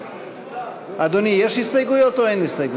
אדוני, יש הסתייגויות או אין?